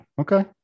okay